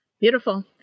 Beautiful